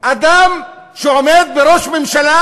אדם שעומד בראש ממשלה